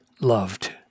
loved